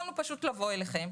יכולנו פשוט לבוא אליכם,